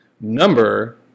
Number